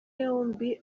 yombi